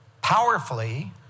powerfully